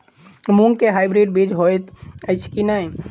मूँग केँ हाइब्रिड बीज हएत अछि की नै?